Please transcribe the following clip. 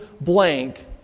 blank